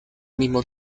mismo